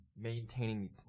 maintaining